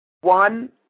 one